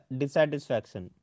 dissatisfaction